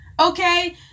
Okay